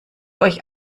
euch